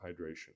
hydration